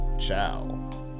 Ciao